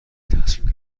تصمیم